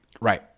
Right